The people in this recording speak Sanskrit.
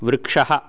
वृक्षः